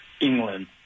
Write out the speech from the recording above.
England